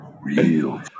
real